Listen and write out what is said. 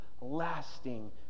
lasting